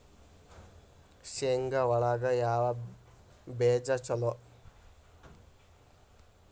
ಶೇಂಗಾ ಒಳಗ ಯಾವ ಬೇಜ ಛಲೋ?